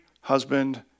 husband